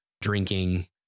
drinking